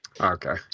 Okay